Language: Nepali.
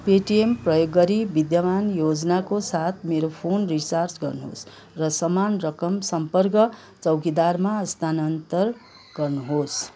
पेटिएम प्रयोग गरी विद्यमान योजनाको साथ मेरो फोन रिचार्ज गर्नुहोस् र समान रकम सम्पर्क चौकीदारमा स्थानान्तर गर्नुहोस्